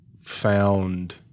found